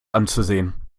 anzusehen